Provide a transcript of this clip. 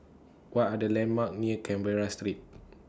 What Are The landmarks near Canberra Street